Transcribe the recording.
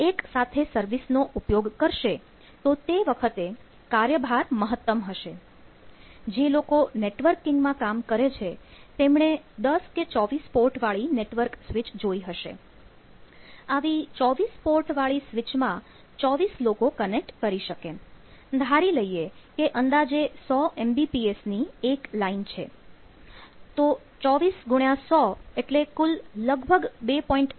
તો 24x100 એટલે કુલ લગભગ 2